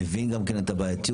מבין גם כן את הבעייתיות.